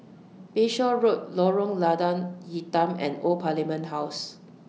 Bayshore Road Lorong Lada Hitam and Old Parliament House